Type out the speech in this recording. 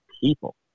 people